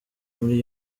muri